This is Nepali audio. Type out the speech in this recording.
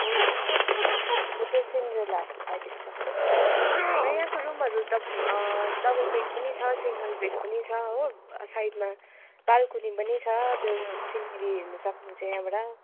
हो होटेल सिन्ड्रेला फाइभ स्टार यहाँको रुमहरू त डबल बेड पनि छ सिङ्गल बेड पनि छ हो साइडमा बालकुनी पनि छ त्यो सिनेरी हेर्नु सक्नुहुन्छ यहाँबाट